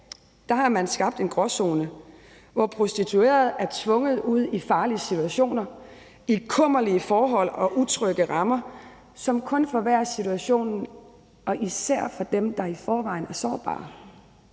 dag har man skabt en gråzone, hvor prostituerede er tvunget ud i farlige situationer i kummerlige forhold og utrygge rammer, som kun forværrer situationen og især gør det for dem, der i forvejen er sårbare.